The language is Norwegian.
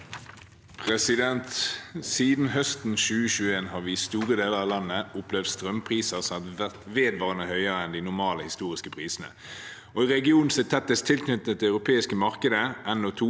Siden høsten 2021 har vi i store deler av landet opplevd strømpriser som har vært vedvarende høyere enn de normale historiske prisene. I regionen som er tettest tilknyttet det europeiske markedet – NO2,